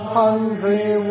hungry